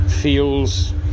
feels